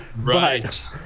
Right